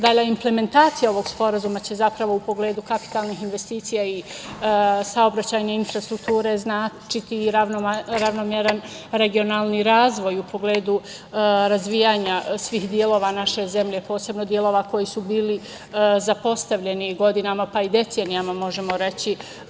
Dalja implementacija ovog sporazuma će zapravo u pogledu kapitalnih investicija i saobraćajne infrastrukture značiti i ravnomeran regionalan razvoj u pogledu razvijanja svih delova naše zemlje, posebno delova koji su bili zapostavljeni godinama, pa i decenijama možemo reći.